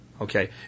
Okay